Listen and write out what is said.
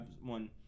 one